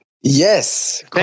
Yes